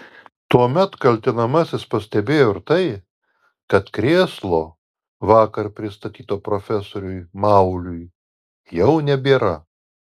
tuomet kaltinamasis pastebėjo ir tai kad krėslo vakar pristatyto profesoriui mauliui jau nebėra